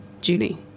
Julie